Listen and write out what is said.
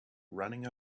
running